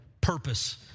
purpose